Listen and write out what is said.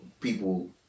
people